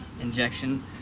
injection